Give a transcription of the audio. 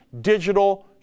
digital